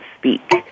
Speak